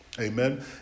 Amen